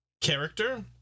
Character